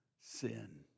sin